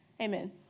Amen